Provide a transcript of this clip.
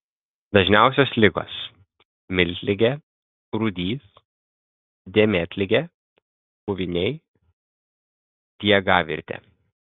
dažniausios ligos miltligė rūdys dėmėtligė puviniai diegavirtė